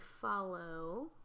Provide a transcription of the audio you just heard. follow